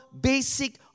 basic